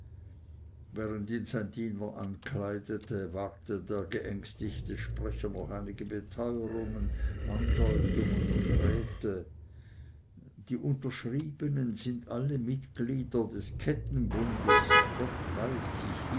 sein diener ankleidete wagte der geängstigte sprecher noch einige beteuerungen andeutungen und räte die unterschriebenen sind alle mitglieder des kettenbundes gott weiß ich